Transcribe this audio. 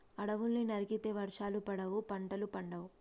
అడవుల్ని నరికితే వర్షాలు పడవు, పంటలు పండవు